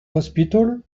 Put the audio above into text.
hospital